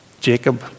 Jacob